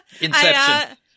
inception